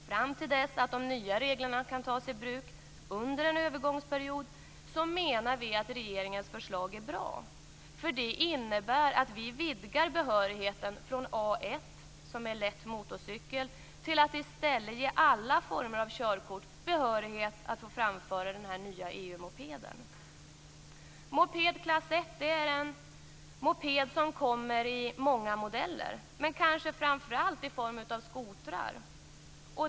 Fram till dess att de nya reglerna kan tas i bruk, under en övergångsperiod, menar vi att regeringens förslag är bra, eftersom det innebär att vi vidgar behörigheten från A1, som är lätt motorcykel, till att i stället ge alla former av körkort behörighet till framförande av den nya EU Moped klass I är en moped som kommer i många modeller, men kanske framför allt i form av skotrar.